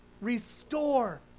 restore